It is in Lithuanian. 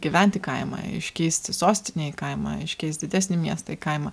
gyventi kaimą iškeisti sostinę į kaimą iškeist didesnį miestą į kaimą